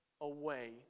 away